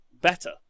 better